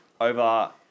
over